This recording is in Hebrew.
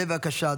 בבקשה.